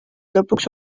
lõpuks